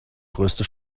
größte